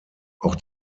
auch